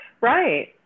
Right